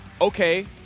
okay